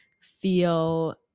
feel